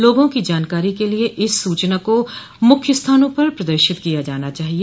लोगों की जानकारी के लिए इस सूचना को मुख्य स्थानों पर प्रदर्शित किया जाना चाहिए